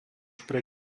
pre